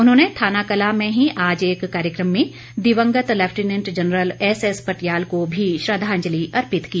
उन्होंने थानाकलां में ही आज एक कार्यक्रम में दिवंगत लेफिटनेंट जनरल एसएस पटियाल को भी श्रद्वांजलि अर्पित की